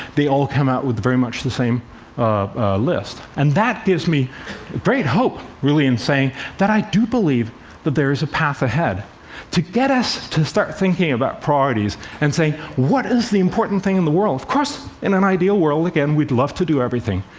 they all come out with very much the same list. and that gives me great hope, really, in saying that i do believe that there is a path ahead to get us to start thinking about priorities, and saying, what is the important thing in the world? of course, in an ideal world, again we'd love to do everything.